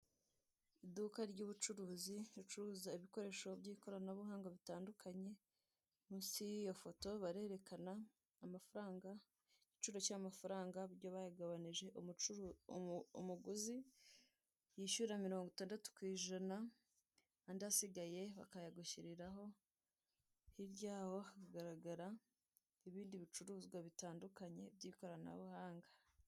Iduka ry'ubucuruzi ricuruza ibikoresho by'ikoranabuhanga bitandukanye musi yiyo foto barerekana igiciro cyayo m'amafaranga uburyo bayagabanije umuguzi yishura mirongwitandatu ku ijana andi asigaye bakayagushyiriraho hirya yaho hagaragara ibindi bicuruzwa bitandukanye by'ikoranabuhanga.